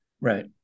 Right